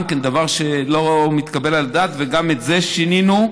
גם זה דבר שלא מתקבל על הדעת וגם את זה שינינו.